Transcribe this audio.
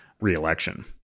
re-election